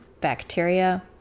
bacteria